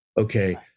okay